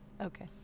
Okay